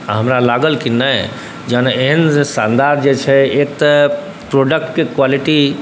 हमरा लागल कि नहि जेहन एहन जे शानदार जे छै एक तऽ प्रोडक्टके क्वालिटी